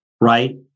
right